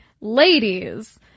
ladies